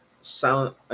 sound